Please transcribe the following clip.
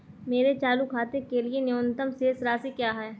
मेरे चालू खाते के लिए न्यूनतम शेष राशि क्या है?